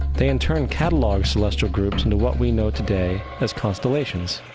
they in turn catalogued celestial groups into what we know today as constellations.